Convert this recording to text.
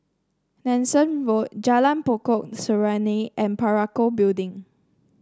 Nanson Road Jalan Pokok Serunai and Parakou Building